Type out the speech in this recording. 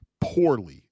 poorly